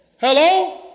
Hello